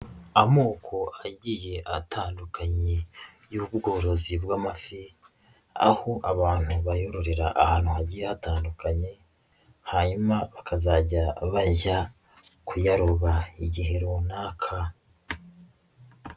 Amoko agiye atandukanye y'ubworozi bw'amafi, aho abantu bayororera ahantu hagiye hatandukanye, hanyuma bakazajya bajya kuyaroba igihe runaka.